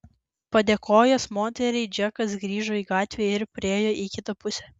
padėkojęs moteriai džekas grįžo į gatvę ir perėjo į kitą pusę